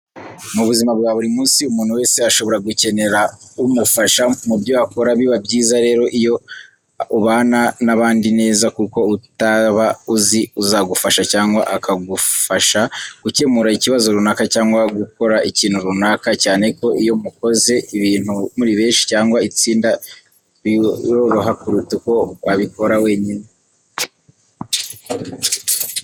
Mu buzima bwa buri munsi umuntu wese ashobora gukenera umufasha mu byo akora biba byiza rero iyo ubana n'abandi neza kuko utaba uzi uzagufasha cyangwa akagufasha gukemura ikibazo runaka cyangwa gukora ikintu runaka, cyane ko iyo mukoze ibintu muri benshi cyangwa itsinda biroroha kuruta uko wagikora wenyine.